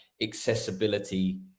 accessibility